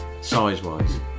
size-wise